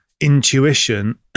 intuition